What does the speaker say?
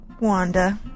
Wanda